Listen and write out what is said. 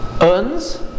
earns